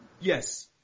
Yes